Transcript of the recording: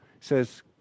says